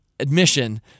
admission